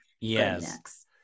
yes